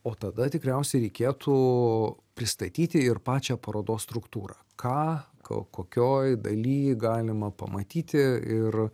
o tada tikriausiai reikėtų pristatyti ir pačią parodos struktūrą ką kokioj dalį galima pamatyti ir